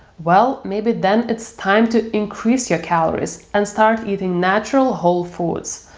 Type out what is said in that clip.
well, maybe then it's time to increase your calories and start eating natural whole foods,